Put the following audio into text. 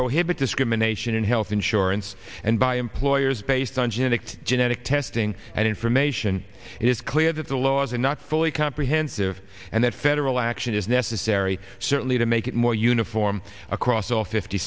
prohibit discrimination in health insurance and by employers based on genetic genetic testing and information it is clear that the laws are not fully comprehensive and that federal action is necessary certainly to make it more uniform across all fifty